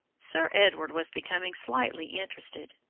sir edward was becoming slightly interested.